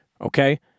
okay